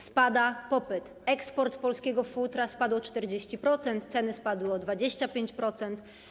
Spada popyt. Eksport polskich futer spadł o 40%, ceny spadły o 25%.